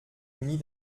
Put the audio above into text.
munie